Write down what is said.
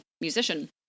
musician